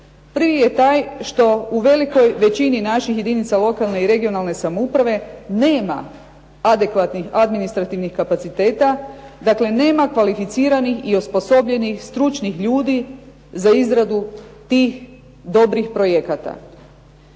Prvi je taj što u velikoj većini naših jedinica lokalne i regionalne samouprave nema adekvatnih administrativnih kapaciteta. Dakle, nema kvalificiranih i osposobljenih stručnih ljudi za izradu tih dobrih projekata.